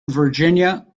virginia